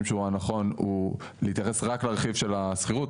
שהוא נכון זה להתייחס רק לרכיב של השכירות.